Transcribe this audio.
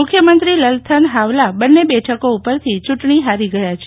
મુખ્યમંત્રી લલથન હાવલા બંને બેઠકો ઉપરથી ચૂંટણી હારી ગયા છે